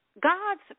God's